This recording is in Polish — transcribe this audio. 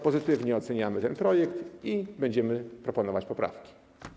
Pozytywnie oceniamy ten projekt i będziemy proponować poprawki.